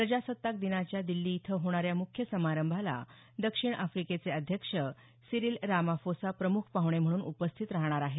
प्रजासत्ताक दिनाच्या दिल्ली इथं होणाऱ्या मुख्य समारंभाला दक्षिण आफ्रिकेचे अध्यक्ष सिरिल रामाफोसा प्रमुख पाहणे म्हणून उपस्थित राहणार आहेत